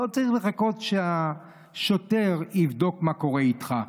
לא צריך לחכות שהשוטר יבדוק מה קורה איתך.